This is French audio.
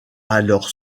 alors